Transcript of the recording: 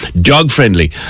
dog-friendly